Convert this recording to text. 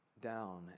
down